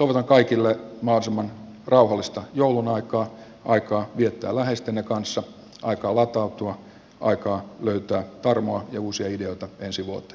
ovea kaikille maksun on rauhallista joulunaikaa aikaa viettää läheisteni kanssa aikaa latautua aikaa löytää tarmo uusia ideoita ensi vuotta